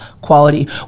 quality